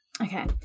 Okay